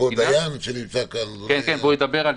נמצא פה דיין והוא תכף ידבר.